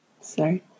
Sorry